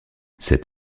cet